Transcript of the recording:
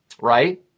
right